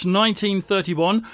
1931